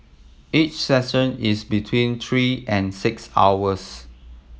each session is between three and six hours